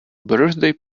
birthday